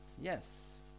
Yes